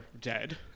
dead